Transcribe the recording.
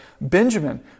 Benjamin